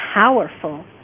powerful